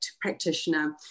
practitioner